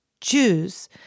Jews